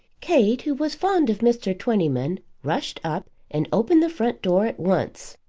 kate, who was fond of mr. twentyman, rushed up and opened the front door at once.